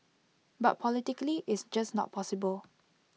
but politically it's just not possible